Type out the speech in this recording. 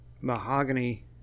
mahogany